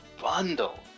bundle